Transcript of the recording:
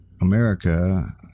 America